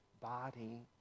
body